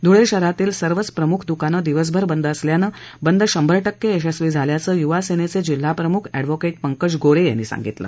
धुळे शहरातील सर्वच प्रमुख दुकानं दिवसभर बंद असल्याने बंद शंभर टक्के यशस्वी झाल्याचे युवा सेनेचे जिल्हाप्रमुख एडवोकेट पंकज गोरे यांनी सांगितलं